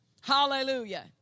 Hallelujah